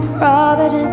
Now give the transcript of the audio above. Providence